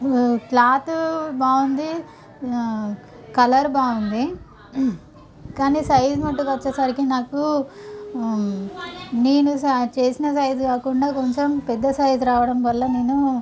cloth బాగుంది colour బాగుంది కాని సైజ్ మటుకు వచ్చేసరికి నాకు నేను చేసిన సైజు కాకుండా కొంచెం పెద్ద సైజు రావడం వల్ల నేను